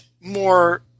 more